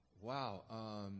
wow